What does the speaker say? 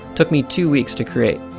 took me two weeks to create.